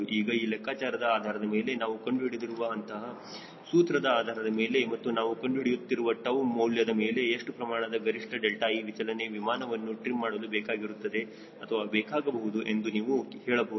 ಈಗ ಈ ಲೆಕ್ಕಾಚಾರದ ಆಧಾರದ ಮೇಲೆ ನಾವು ಕಂಡುಹಿಡಿದಿರುವ ಅಂತಹ ಸೂತ್ರದ ಆಧಾರದ ಮೇಲೆ ಮತ್ತು ನಾವು ಕಂಡುಹಿಡಿಯುತ್ತಿರುವ 𝜏 ಮೌಲ್ಯದ ಮೇಲೆ ಎಷ್ಟು ಪ್ರಮಾಣದ ಗರಿಷ್ಠ 𝛿e ವಿಚಲನೆ ವಿಮಾನವನ್ನು ಟ್ರಿಮ್ ಮಾಡಲು ಬೇಕಾಗಿರುತ್ತದೆ ಅಥವಾ ಬೇಕಾಗಬಹುದು ಎಂದು ನೀವು ಹೇಳಬಹುದು